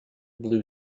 blue